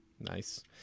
Nice